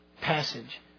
passage